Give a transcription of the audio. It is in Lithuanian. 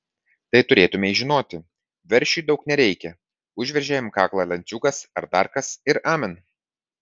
tai turėtumei žinoti veršiui daug nereikia užveržė jam kaklą lenciūgas ar dar kas ir amen